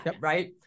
right